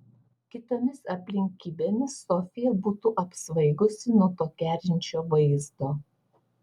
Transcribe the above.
kitomis aplinkybėmis sofija būtų apsvaigusi nuo to kerinčio vaizdo